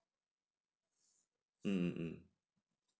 mm mm mm